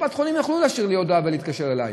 קופת חולים תוכל להשאיר לי הודעה ולהתקשר אלי,